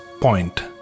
point